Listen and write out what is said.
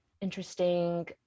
interesting